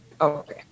Okay